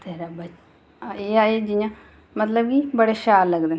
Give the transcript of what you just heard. तेरा बच्चा एह् ऐ जियां कि बड़े शैल लगदे न